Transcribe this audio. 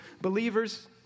believers